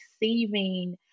receiving